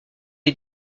est